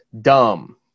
dumb